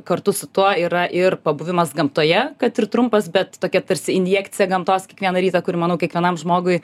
kartu su tuo yra ir pabuvimas gamtoje kad ir trumpas bet tokia tarsi injekcija gamtos kiekvieną rytą kuri manau kiekvienam žmogui